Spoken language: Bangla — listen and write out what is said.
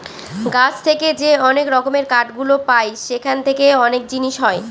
গাছ থেকে যে অনেক রকমের কাঠ গুলো পায় সেখান থেকে অনেক জিনিস হয়